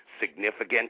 significant